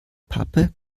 pappe